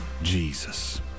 Jesus